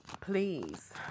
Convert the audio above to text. Please